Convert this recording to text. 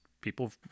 people